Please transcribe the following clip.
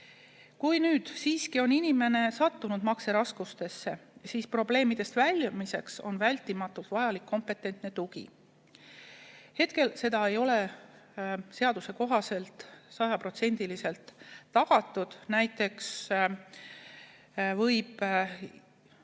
Kui nüüd siiski on inimene sattunud makseraskustesse, siis probleemidest väljumiseks on vältimatult vajalik kompetentne tugi. Hetkel see ei ole seaduse kohaselt sajaprotsendiliselt tagatud. Näiteks võib